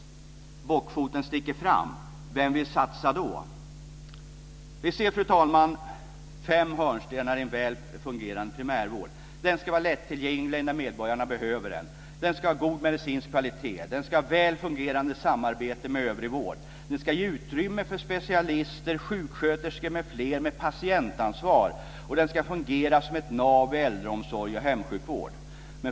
Bockfoten sticker fram. Vem vill satsa då? Vi ser fem hörnstenar i en väl fungerande primärvård. Den ska vara lättillgänglig när medborgarna behöver den. Den ska ha god medicinsk kvalitet. Den ska ha ett väl fungerande samarbete med övrig vård. Den ska ge utrymme för specialister, sjuksköterskor m.fl. med patientansvar, och den ska fungera som ett nav i äldreomsorg och hemsjukvård.